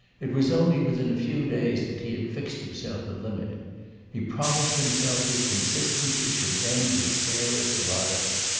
it was only within a few days that he had fixed himself a limit he promised himself his consistency should end with sarah's arrival.